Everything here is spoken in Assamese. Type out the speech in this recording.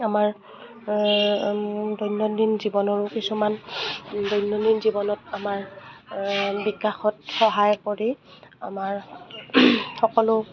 আমাৰ দৈনন্দিন জীৱনৰো কিছুমান দৈনন্দিন জীৱনত আমাৰ বিকাশত সহায় কৰি আমাৰ সকলো